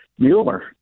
Mueller